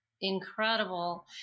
incredible